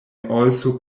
also